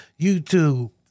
YouTube